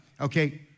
okay